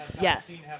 Yes